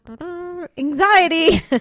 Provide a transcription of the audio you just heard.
anxiety